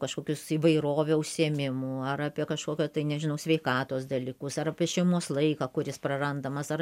kažkokius įvairovę užsiėmimų ar apie kažkokio tai nežinau sveikatos dalykus ar apie šeimos laiką kuris prarandamas ar